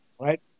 Right